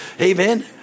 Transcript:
Amen